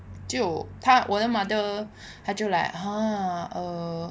就他我的 mother 她就 like !huh! err